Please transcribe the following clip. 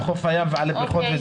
על חוף הים ועל בריכות.